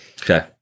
Okay